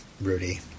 Rudy